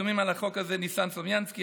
חתומים על החוק הזה ניסן סלומינסקי,